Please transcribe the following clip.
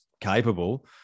capable